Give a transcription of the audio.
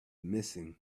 missing